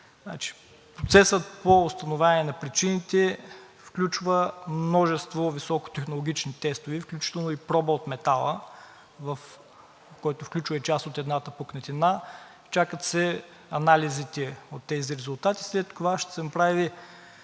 Процесът по установяване на причините включва множество високотехнологични тестове, включително и проба от метала, който включва и част от едната пукнатина. Чакат се анализите от тези резултати. След това ще се направи